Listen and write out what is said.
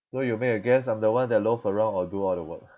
so you make a guess I'm the one that loaf around or do all the work